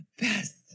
best